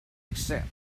except